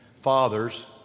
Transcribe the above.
fathers